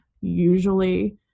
usually